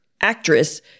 actress